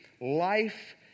life